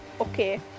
okay